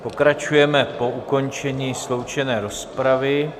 Pokračujeme po ukončení sloučené rozpravy.